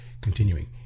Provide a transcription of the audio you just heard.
Continuing